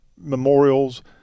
memorials